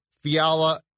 Fiala